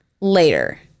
Later